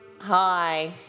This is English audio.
Hi